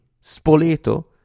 Spoleto